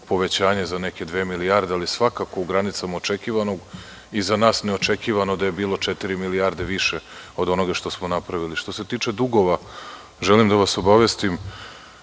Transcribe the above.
povećanje za neke dve milijarde, ali svakako u granicama očekivanog. Za nas je neočekivano da je bilo četiri milijarde više od onoga što smo napravili. Što se tiče dugova, želim da vas obavestim